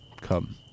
Come